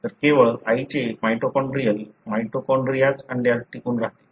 तर केवळ आईचे माइटोकॉन्ड्रियल माइटोकॉन्ड्रियाच अंड्यात टिकून राहते